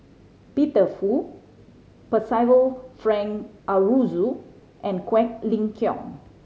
Peter Fu Percival Frank Aroozoo and Quek Ling Kiong